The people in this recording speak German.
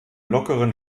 lockeren